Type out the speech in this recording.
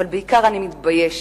אבל בעיקר אני מתביישת.